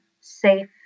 safe